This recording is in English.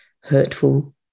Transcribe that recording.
hurtful